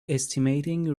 estimating